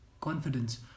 confidence